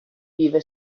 vive